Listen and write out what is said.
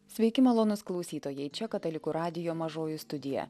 sveiki malonūs klausytojai čia katalikų radijo mažoji studija